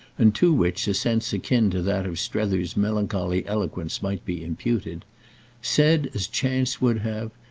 and to which a sense akin to that of strether's melancholy eloquence might be imputed said as chance would have,